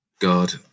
God